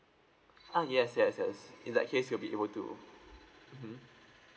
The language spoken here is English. ah yes yes yes in that case you'll be able to mmhmm